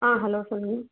ஆ hello சொல்லுங்கள்